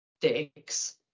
dicks